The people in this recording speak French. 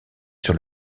sur